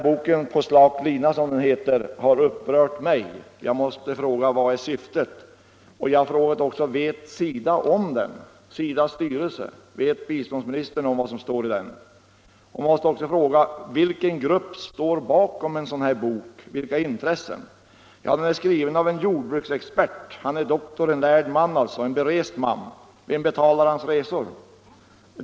Boken På slak lina har upprört mig. Jag måste fråga: Vad är syftet? Vet SIDA om den, vet SIDA:s styrelse om den, vet biståndsministern om vad som står i den? Och vilken grupp står bakom en sådan bok, vilka intressen? Boken är skriven av en jordbruksexpert, en doktor, en lärd och berest man. Vem betalar hans resor?